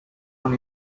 con